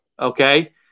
Okay